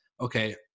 okay